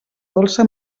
dolça